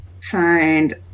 find